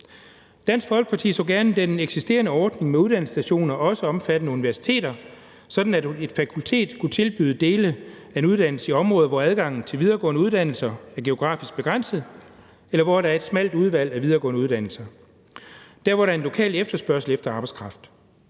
Dansk Folkeparti så gerne, at den eksisterende ordning med uddannelsesstationer også omfattede universiteter, sådan at et fakultet kunnet tilbyde dele af en uddannelse i områder, hvor adgangen til videregående uddannelser er geografisk begrænset, eller hvor der er et smalt udvalg af videregående uddannelser, og hvor der er lokal efterspørgsel efter arbejdskraft.